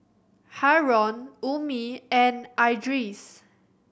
Haron Ummi and Idris